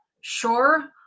sure